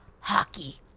hockey